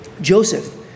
Joseph